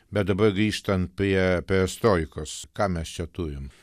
bet dabar grįžtant prie perestroikos ką mes čia turim